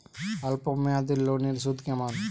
অল্প মেয়াদি লোনের সুদ কেমন?